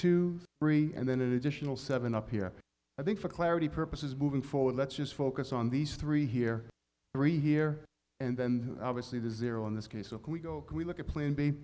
two three and then additional seven up here i think for clarity purposes moving forward let's just focus on these three here three here and then obviously to zero in this case of can we go we look at plan b